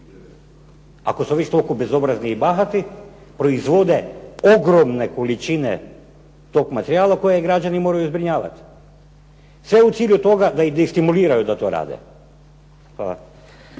ako su već toliko bezobrazni i bahati. Proizvode ogromne količine tog materijala kojeg građani moraju zbrinjavati. Sve u cilju toga da ih destimuliraju da to rade.